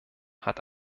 hat